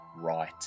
right